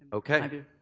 ok,